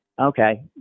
okay